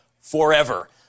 forever